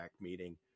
meeting